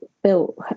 built